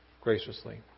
graciously